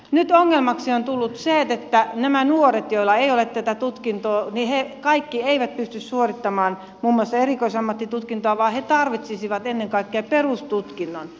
nyt ongelmaksi on tullut se että nämä kaikki nuoret joilla ei ole tätä tutkintoa eivät pysty suorittamaan muun muassa erikoisammattitutkintoa vaan he tarvitsisivat ennen kaikkea perustutkinnon